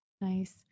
Nice